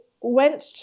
went